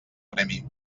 premi